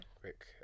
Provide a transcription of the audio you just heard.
Quick